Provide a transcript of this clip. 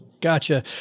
Gotcha